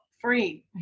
free